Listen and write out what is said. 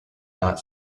not